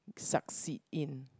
succeed in